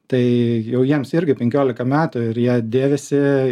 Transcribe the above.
tai jau jiems irgi penkiolika metų ir jie dėvisi